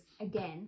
again